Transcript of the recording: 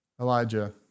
Elijah